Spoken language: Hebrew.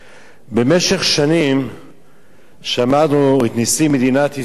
במשך שנים שמענו את נשיא מדינת ישראל,